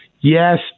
yes